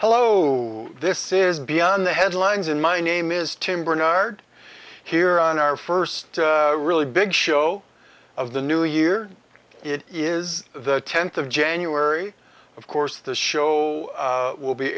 hello this is beyond the headlines in my name is tim barnard here on our first really big show of the new year it is the tenth of january of course the show will be